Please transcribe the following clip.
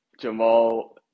Jamal